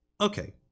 Okay